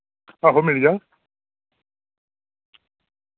आहो मिली जाग